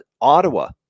Ottawa